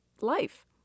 life